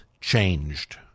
changed